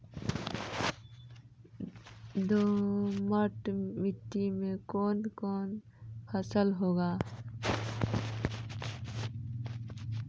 दोमट मिट्टी मे कौन कौन फसल होगा?